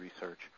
research